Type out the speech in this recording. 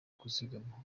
kuzigama